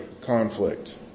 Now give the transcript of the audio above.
conflict